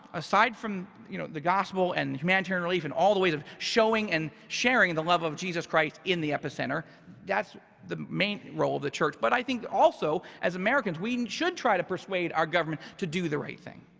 aside from you know the gospel and humanitarian relief in all the ways of showing and sharing the love of jesus christ in the epicenter, that's the main role of the church. but i think also as americans, we and should try to persuade our government to do the right thing.